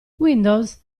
windows